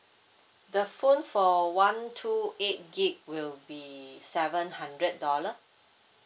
the phone for one two eight gigabyte will be seven hundred dollar